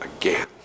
again